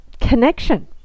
connection